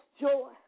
joy